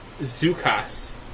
Zukas